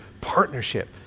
Partnership